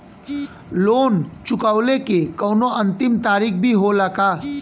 Loan चुकवले के कौनो अंतिम तारीख भी होला का?